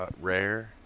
Rare